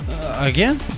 Again